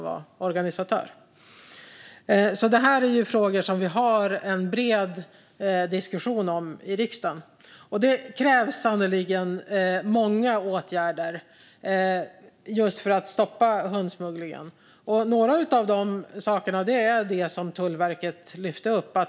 Vi har en bred diskussion om dessa frågor i riksdagen, och det krävs sannerligen många åtgärder för att stoppa hundsmugglingen. Några av dem har Tullverket lyft upp.